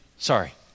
Sorry